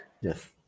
Yes